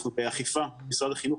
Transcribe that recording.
אנחנו באכיפה מול משרד החינוך,